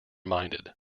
minded